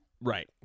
right